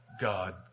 God